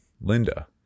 linda